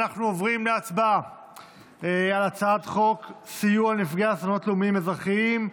אנחנו עוברים להצבעה על הצעת חוק סיוע לנפגעי אסונות לאומיים אזרחיים.